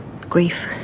grief